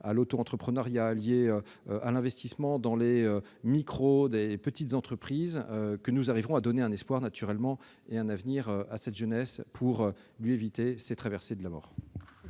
à l'auto-entrepreneuriat, à l'investissement dans des microentreprises, des petites entreprises que nous arriverons à donner un espoir et un avenir à cette jeunesse pour lui éviter ces traversées de la mort.